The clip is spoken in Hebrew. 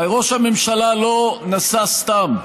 ראש הממשלה לא נסע סתם,